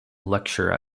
lecture